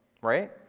right